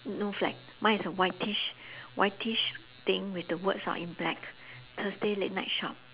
mm no flag mine is a whitish whitish thing with the words are in black thursday late night shop